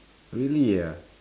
really ah